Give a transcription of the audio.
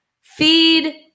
feed